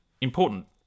important